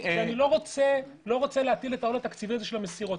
רוצה להטיל את העול התקציבי של המסירות,